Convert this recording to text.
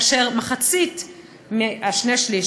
וחצי משני השלישים,